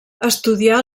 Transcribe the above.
estudià